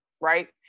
right